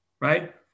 right